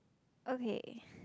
okay